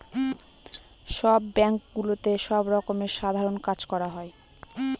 সব ব্যাঙ্কগুলোতে সব রকমের সাধারণ কাজ করা হয়